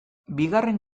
bigarren